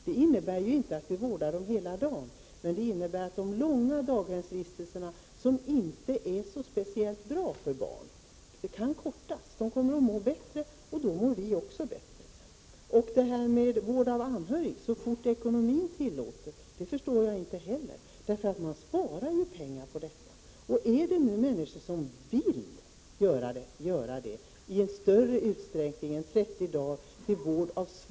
Det innebär inte att vi vårdar dem hela dagen, men det innebär att de långa daghemsvistelserna, som inte är så speciellt bra för barnen, kan kortas. Barnen kommer att må bättre, och då mår vi också bättre. Mona Sahlin talar om att utöka möjligheterna till ersättning för vård av anhörig så fort ekonomin tillåter. Det förstår jag inte heller. Man sparar ju pengar på detta, om nu människor vill vårda svårt sjuk anhörig mer än 30 dagar.